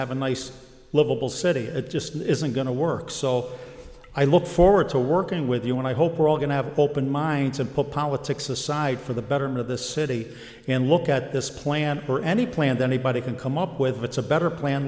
have a nice livable city it just isn't going to work so i look forward to working with you and i hope we're all going to have open minds and put politics aside for the betterment of the city and look at this plan or any planned anybody can come up with it's a better plan